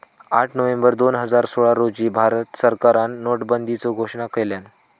आठ नोव्हेंबर दोन हजार सोळा रोजी भारत सरकारान नोटाबंदीचो घोषणा केल्यान